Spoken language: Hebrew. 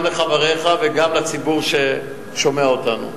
גם לחבריך וגם לציבור ששומע אתנו.